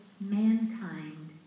mankind